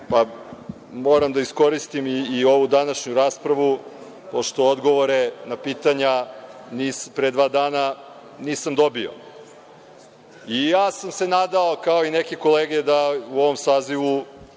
minuta. Moram da iskoristim ovu današnju raspravu, pošto odgovore na pitanja od pre dva dana nisam dobio. Ja sam se nadao, kao i neke kolege, da u ovom sazivu